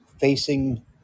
facing